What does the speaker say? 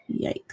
Yikes